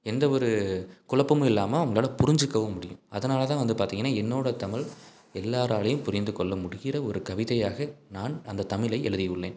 எந்த ஒரு குழப்பமும் இல்லாமல் அவங்களால் புரிஞ்சிக்கவும் முடியும் அதனால் தான் வந்து பார்த்திங்கனா என்னோட தமிழ் எல்லாராலையும் புரிந்துக்கொள்ள முடிகிற ஒரு கவிதையாக நான் அந்த தமிழை எழுதி உள்ளேன்